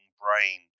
brain